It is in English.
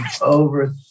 over